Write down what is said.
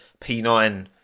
P9